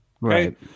Right